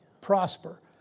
Prosper